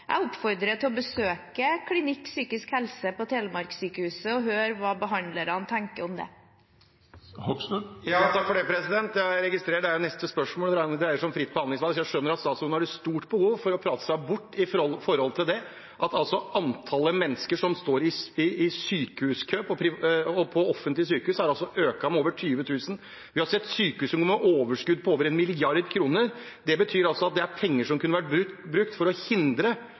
Jeg oppfordrer til å besøke klinikk for psykisk helse på Sykehuset Telemark og høre hva behandlerne tenker om det. Jeg registrerer at vi er over på neste spørsmål, som dreier seg om fritt behandlingsvalg, så jeg skjønner at statsråden har stort behov for å prate seg bort fra at antallet mennesker som står i kø ved offentlige sykehus, har økt med over 20 000. Vi har sett sykehus der man har overskudd på over 1 mrd. kr, penger som kunne vært brukt for å hindre at folk skal stå i den sykehuskøen. Det er jo det dette handler om. Jeg opplever at statsråden nå sier at det handler om å